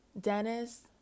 Dennis